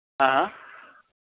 हाँ